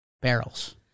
Barrels